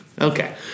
Okay